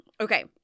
Okay